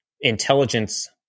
intelligence